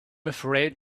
afraid